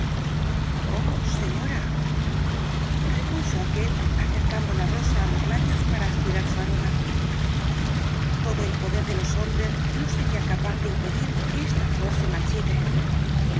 oh señora repuso aquél acercando la rosa á los labios para aspirar su aroma todo el poder de los hombres no sería capaz de impedir que esta flor se marchite